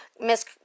miss